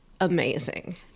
amazing